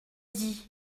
dit